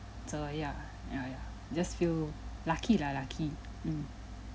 so ya ya ya just feel lucky lah lucky mm